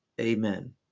Amen